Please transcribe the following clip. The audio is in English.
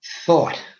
thought